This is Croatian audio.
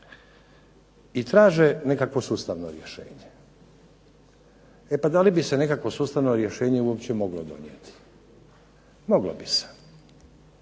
i traže nekakvo sustavno rješenje. E pa da li bi se nekakvo sustavno rješenje uopće moglo donijeti, moglo bi se.